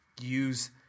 use